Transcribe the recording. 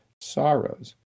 sorrows